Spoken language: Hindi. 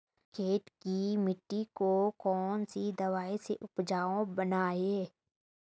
खेत की मिटी को कौन सी दवाई से उपजाऊ बनायें?